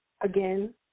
again